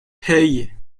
hey